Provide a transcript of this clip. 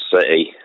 City